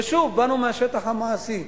ושוב, באנו מהשטח המעשי.